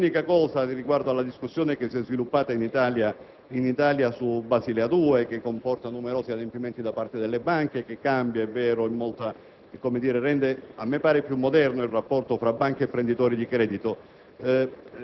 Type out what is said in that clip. vigilanza. Quanto alla discussione che si è sviluppata in Italia sull'Accordo di Basilea 2, che comporta numerosi adempimenti da parte delle banche e rende a me pare più moderno il rapporto tra banche e prenditori di credito,